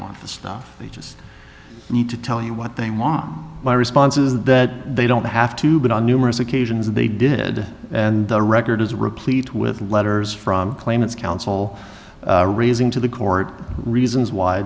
want the stuff they just need to tell you what they want my response is that they don't have to but on numerous occasions they did and the record is replete with letters from claimants counsel raising to the court reasons why